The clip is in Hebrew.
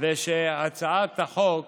ושהצעת החוק